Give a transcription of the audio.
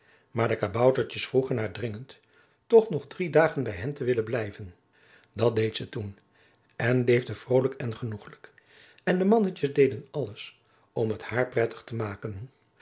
maar de kaboutertjes vroegen haar dringend toch nog drie dagen bij hen te willen blijven dat deed ze toen en leefde vroolijk en genoegelijk en de mannetjes deden alles om het haar prettig te maken